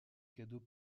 cadeau